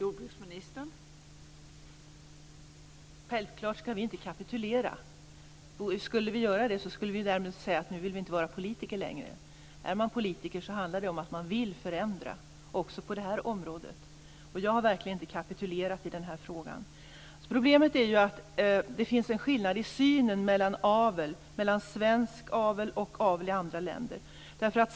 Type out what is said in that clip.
Fru talman! Självklart skall vi inte kapitulera. Skulle vi göra det skulle vi därmed säga: Nu vill vi inte vara politiker längre. Är man politiker handlar det om att man vill förändra, också på det här området. Jag har verkligen inte kapitulerat i den här frågan. Problemet är ju att det finns en skillnad i synen på avel när det gäller svensk avel och avel i andra länder.